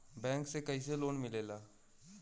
Bank से कइसे loan मिलेला?